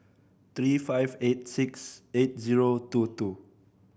three five eight six eight zero two two